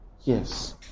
Yes